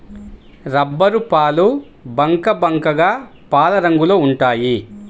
రబ్బరుపాలు బంకబంకగా పాలరంగులో ఉంటాయి